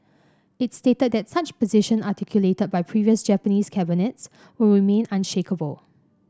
it stated that such position articulated by previous Japanese cabinets will remain unshakeable